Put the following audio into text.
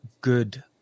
good